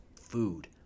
food